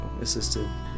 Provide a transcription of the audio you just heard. assisted